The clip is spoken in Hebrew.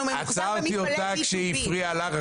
ממוחזר במפעלי --- עצרתי אותה כשהיא הפריעה לך.